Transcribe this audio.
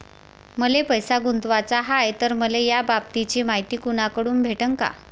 मले पैसा गुंतवाचा हाय तर मले याबाबतीची मायती कुनाकडून भेटन?